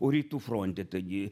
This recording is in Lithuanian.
o rytų fronte taigi